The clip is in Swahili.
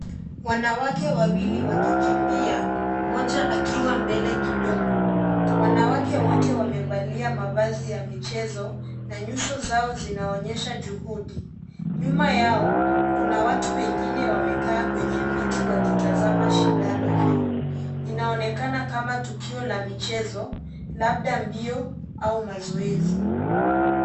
Wanawake wawili wakikimbia, mmoja akiwa mbele kidogo. Wanawake wote wamevalia mavazi ya michezo na nyuso zao zinaonyesha juhudi. Nyuma yao kuna watu wengine wamekaa kwenye viti wakitazama shindano hilo. Inaonekana kama tukio la michezo, labda mbio au mazoezi.